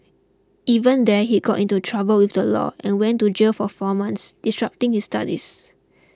even there he got into trouble with the law and went to jail for four months disrupting his studies